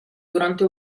durante